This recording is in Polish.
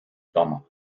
domach